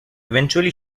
eventually